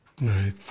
Right